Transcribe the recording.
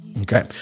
okay